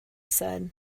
said